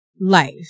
life